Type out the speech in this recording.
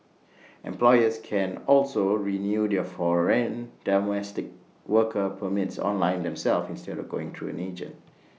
employers can also renew their foreign domestic worker permits online themselves instead of going through an agent